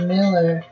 Miller